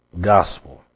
gospel